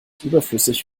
überflüssig